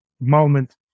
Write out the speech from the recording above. moment